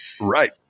Right